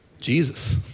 Jesus